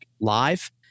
live